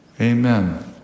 Amen